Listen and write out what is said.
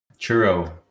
Churro